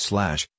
Slash